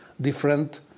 different